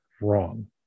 wrong